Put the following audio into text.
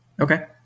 Okay